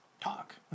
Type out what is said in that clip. talk